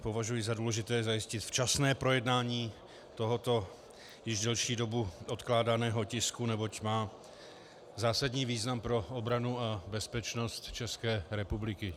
Považuji za důležité zajistit včasné projednání tohoto již delší dobu odkládaného tisku, neboť má zásadní význam pro obranu a bezpečnost České republiky.